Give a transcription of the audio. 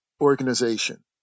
organization